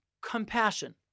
compassion